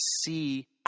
see